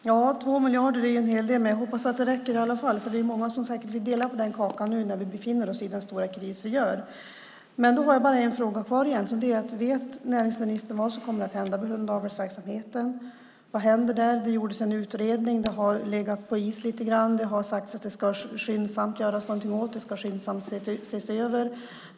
Herr talman! Ja, 2 miljarder är ju en hel del, men jag hoppas att det räcker, för det är ju säkert många som vill dela på den kakan nu när vi befinner oss i den stora kris som vi gör. Då har jag egentligen bara en fråga kvar: Vet näringsministern vad som kommer att hända med hundavelsverksamheten? Vad händer där? Det gjordes en utredning; det har legat på is lite grann; det har sagts att det skyndsamt ska ses över.